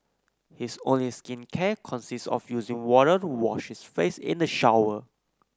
his only skincare consist of using water to wash his face in the shower